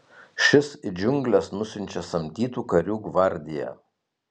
šis į džiungles nusiunčia samdytų karių gvardiją